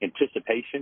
anticipation